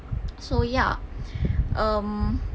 so ya um